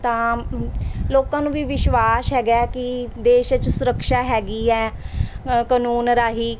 ਤਾਂ ਲੋਕਾਂ ਨੂੰ ਵੀ ਵਿਸ਼ਵਾਸ ਹੈਗਾ ਕਿ ਦੇਸ਼ ਵਿੱਚ ਸੁਰਕਸ਼ਾ ਹੈਗੀ ਹੈ ਅ ਕਾਨੂੰਨ ਰਾਹੀਂ